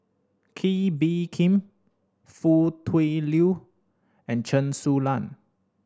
Kee Bee Khim Foo Tui Liew and Chen Su Lan